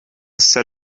set